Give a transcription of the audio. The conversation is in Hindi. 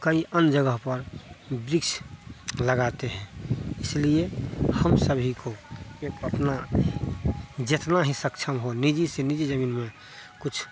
कई अन्य जगह पर वृक्ष लगाते हैं इसलिए हम सभी को एक अपना जितना ही सक्षम हो निजी से निजी ज़मीन में कुछ